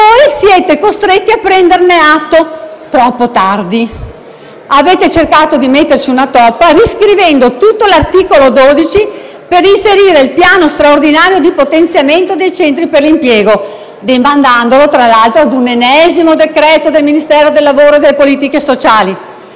stati costretti a prenderne atto; troppo tardi. Avete cercato di metterci una toppa, riscrivendo tutto l'articolo 12 per inserire il Piano straordinario di potenziamento dei centri per l'impiego, demandandolo tra l'altro ad un ennesimo decreto del Ministero del lavoro e delle politiche sociali.